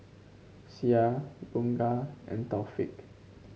Syah Bunga and Taufik